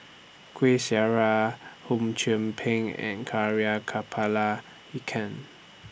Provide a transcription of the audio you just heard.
Kueh Syara Hum Chim Peng and Kepala Ikan